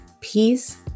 peace